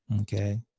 Okay